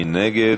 מי נגד?